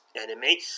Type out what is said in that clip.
enemy